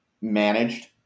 managed